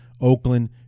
Oakland